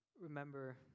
remember